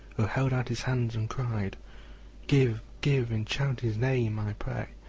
who held out his hands and cried give, give in charity's name, i pray.